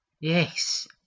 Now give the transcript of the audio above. Yes